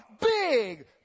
big